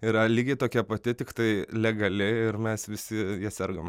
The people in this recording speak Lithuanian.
yra lygiai tokia pati tiktai legali ir mes visi sergam